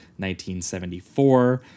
1974